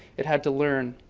it had to learn,